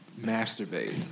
masturbate